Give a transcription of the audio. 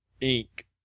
ink